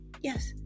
Yes